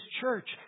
church